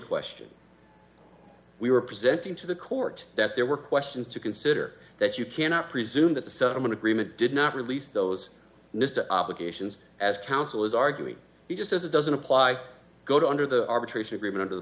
question we were presenting to the court that there were questions to consider that you cannot presume that the settlement agreement did not release those obligations as counsel is arguing you just as it doesn't apply go to under the arbitration agreement